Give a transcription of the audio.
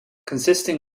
consisting